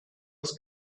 was